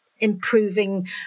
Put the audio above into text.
Improving